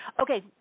Okay